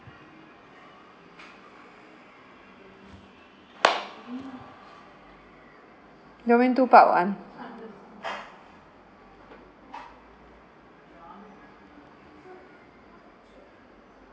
domain two part one